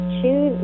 Choose